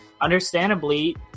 understandably